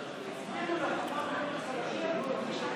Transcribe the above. היא לא מביאה תקציב למדינת ישראל.